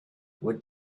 what